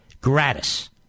gratis